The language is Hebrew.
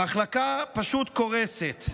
המחלקה פשוט קורסת.